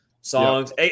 Songs